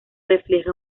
refleja